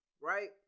right